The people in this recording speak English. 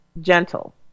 gentle